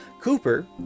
Cooper